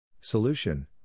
Solution